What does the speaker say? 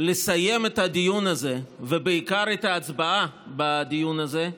לסיים את הדיון הזה, ובעיקר את ההצבעה בדיון הזה,